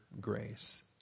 grace